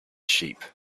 sheep